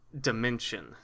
dimension